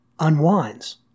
unwinds